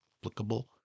applicable